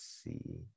see